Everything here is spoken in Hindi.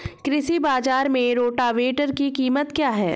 कृषि बाजार में रोटावेटर की कीमत क्या है?